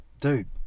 dude